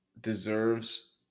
deserves